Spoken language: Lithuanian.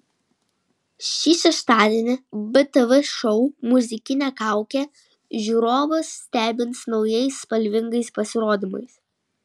šį šeštadienį btv šou muzikinė kaukė žiūrovus stebins naujais spalvingais pasirodymais